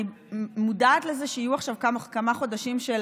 אני מודעת לזה שיהיו עכשיו כמה חודשים של